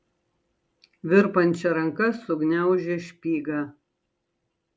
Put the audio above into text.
virpančia ranka sugniaužė špygą